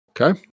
Okay